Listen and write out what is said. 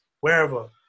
wherever